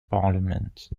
parliament